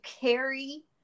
carry